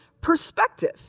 perspective